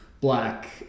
black